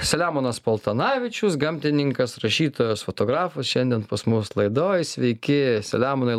selemonas paltanavičius gamtininkas rašytojas fotografas šiandien pas mus laidoj sveiki selemonai